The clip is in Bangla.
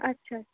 আচ্ছা